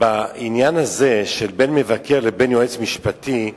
בעניין הזה, בין מבקר לבין יועץ משפטי,